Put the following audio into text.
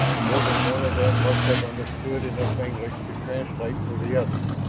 more than one of them must have understood enough english to translate for the others.